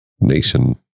nation